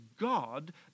God